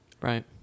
Right